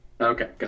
Okay